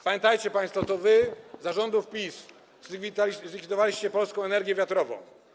Pamiętajcie państwo: to wy, rządy PiS, zlikwidowaliście polską energię wiatrową.